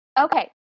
Okay